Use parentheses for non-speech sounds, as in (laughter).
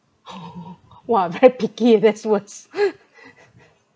(laughs) !wah! very picky (laughs) that's worse (laughs)